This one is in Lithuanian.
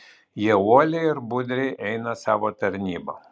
jie uoliai ir budriai eina savo tarnybą